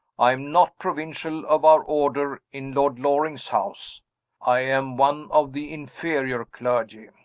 i am not provincial of our order in lord loring's house i am one of the inferior clergy.